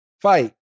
fight